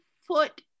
foot